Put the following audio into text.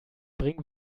bring